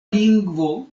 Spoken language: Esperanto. lingvo